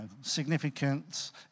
significance